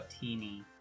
teeny